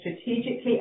strategically